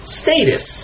status